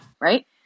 Right